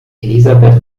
elisabeth